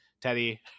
Teddy